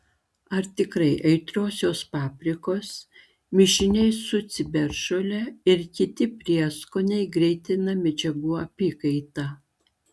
ar tikrai aitriosios paprikos mišiniai su ciberžole ir kiti prieskoniai greitina medžiagų apykaitą